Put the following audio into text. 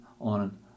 on